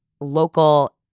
local